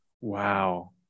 Wow